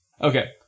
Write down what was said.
Okay